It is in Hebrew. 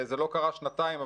זה לא קרה שנתיים,